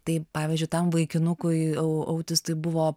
tai pavyzdžiui tam vaikinukui au autistui buvo